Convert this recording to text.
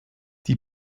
die